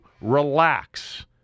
Relax